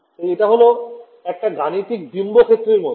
তাই এটা হল একটা গাণিতিক বিম্ব ক্ষেত্রের মত